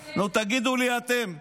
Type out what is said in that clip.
נו, תגידו לי אתם.